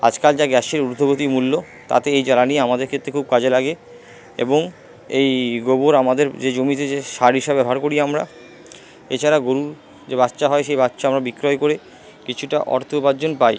আজকাল যা গ্যাসের ঊর্ধ্বগতি মূল্য তাতে এই জ্বালানি আমাদের ক্ষেত্রে খুব কাজে লাগে এবং এই গোবর আমাদের যে জমিতে যে সার হিসাবে ব্যবহার করি আমরা এছাড়া গরুর যে বাচ্চা হয় সেই বাচ্চা আমরা বিক্রয় করে কিছুটা অর্থ উপার্জন পাই